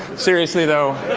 seriously, though